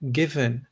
given